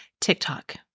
TikTok